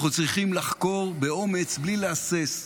אנחנו צריכים לחקור באומץ, בלי להסס,